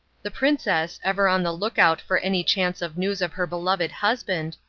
the princess, ever on the look out for any chance of news of her beloved husband,